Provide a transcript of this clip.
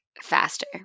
faster